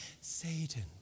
Satan